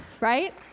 right